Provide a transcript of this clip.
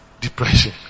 depression